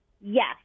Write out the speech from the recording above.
Yes